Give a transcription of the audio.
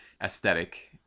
aesthetic